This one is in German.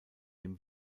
dem